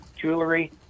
jewelry